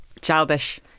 childish